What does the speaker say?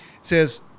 says